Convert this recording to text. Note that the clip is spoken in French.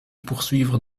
poursuivre